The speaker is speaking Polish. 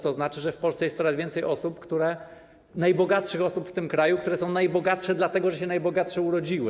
To znaczy, że w Polsce jest coraz więcej osób, najbogatszych osób w tym kraju, które są najbogatsze dlatego, że się najbogatsze urodziły.